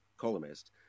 columnist